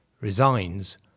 resigns